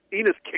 Enos